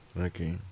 okay